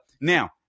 now